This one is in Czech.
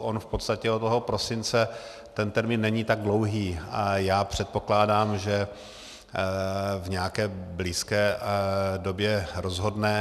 On v podstatě od toho prosince ten termín není tak dlouhý a já předpokládám, že v nějaké blízké době rozhodne.